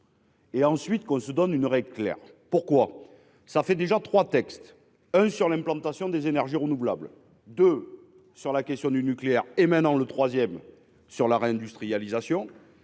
Et ensuite qu'on se donne une règle claire. Pourquoi ça fait déjà 3 textes hein sur l'implantation des énergies renouvelables de sur la question du nucléaire et maintenant le 3ème sur la réindustrialisation